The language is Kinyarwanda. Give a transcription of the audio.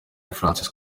francis